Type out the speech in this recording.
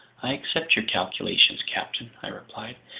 i accept your calculations, captain, i replied,